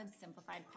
Simplified